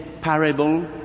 parable